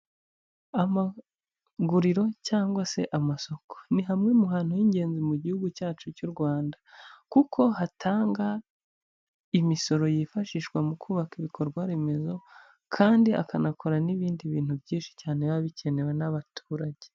Amaguriro cyangwa se amasoko, ni hamwe mu hantu hingenzi mu gihugu cyacu cy'u Rwanda, kuko hatanga imisoro yifashishwa mu kubaka ibikorwa remezo, kandi akanakora n'ibindi bintu byinshi cyane biba bikenewe n'abaturage.